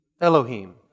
Elohim